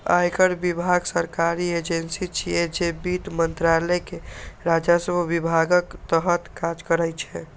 आयकर विभाग सरकारी एजेंसी छियै, जे वित्त मंत्रालय के राजस्व विभागक तहत काज करै छै